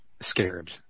scared